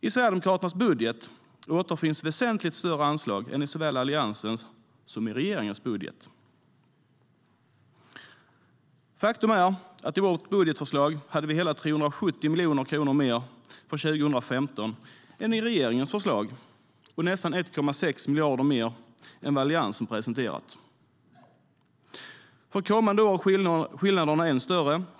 I Sverigedemokraternas budget återfinns väsentligt större anslag än i såväl Alliansens som regeringens budget. Faktum är att vi i vårt budgetförslag för 2015 hade hela 370 miljoner kronor mer än i regeringens förslag och nästan 1,6 miljarder mer än vad Alliansen presenterat. För kommande år är skillnaderna än större.